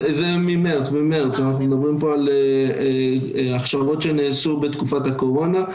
אנחנו מדברים על ה כשרות שנעשו בתקופת הקורונה.